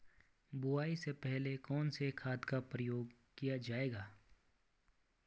बुआई से पहले कौन से खाद का प्रयोग किया जायेगा?